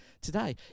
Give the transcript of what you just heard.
today